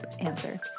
answer